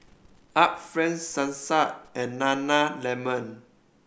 Art Friend Sasa and Nana Lemon